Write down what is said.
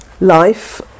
life